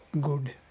good